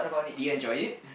did you enjoy it